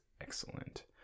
excellent